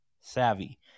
savvy